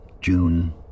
June